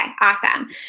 Awesome